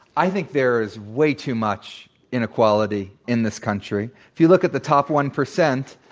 i think there is way too much inequality in this country. if you look at the top one percent,